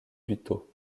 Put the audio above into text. buteau